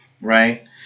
right